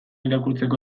irakurtzeko